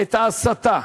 את ההסתה.